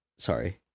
sorry